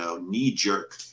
knee-jerk